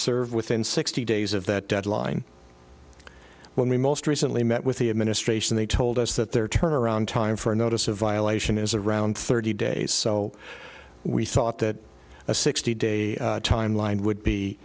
served within sixty days of that deadline when we most recently met with the administration they told us that their turnaround time for notice of violation is around thirty days so we thought that a sixty day timeline would be